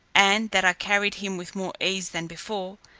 and that i carried him with more ease than before,